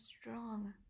strong